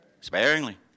Sparingly